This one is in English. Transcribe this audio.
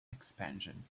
expansion